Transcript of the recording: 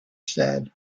said